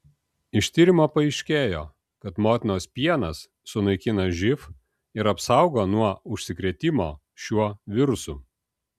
iš tyrimo paaiškėjo kad motinos pienas sunaikina živ ir apsaugo nuo užsikrėtimo šiuo virusu